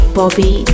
bobby